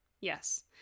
Yes